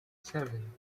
seven